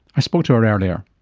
i spoke to her earlier.